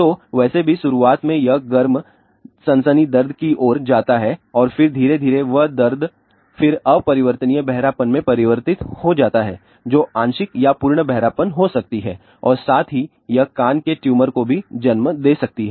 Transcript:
तो वैसे भी शुरुआत में यह गर्म सनसनी दर्द की ओर जाता है और फिर धीरे धीरे वह दर्द फिर अपरिवर्तनीय बहरापन में परिवर्तित हो जाता है जो आंशिक या पूर्ण बहरापन हो सकती है और साथ ही यह कान के ट्यूमर को भी जन्म दे सकती है